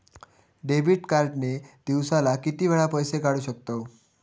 Debit card ने दिवसाला किती वेळा पैसे काढू शकतव?